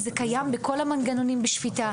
זה קיים בכל המנגנונים בשפיטה.